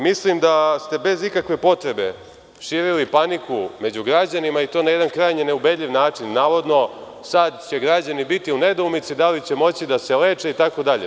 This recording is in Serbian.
Mislim da ste bez ikakve potrebe širili paniku među građanima i to na jedan krajnje neubedljiv način, navodno sada će građani biti u nedoumici da li će moći da se leče itd.